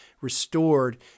restored